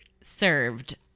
served